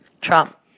Trump